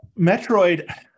Metroid